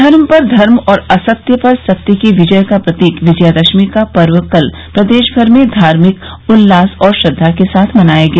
अधर्म पर धर्म और असत्य पर सत्य की विजय का प्रतीक विजयादशमी का पर्व कल प्रदेशभर में धार्मिक उल्लास और श्रद्वा के साथ मनाया गया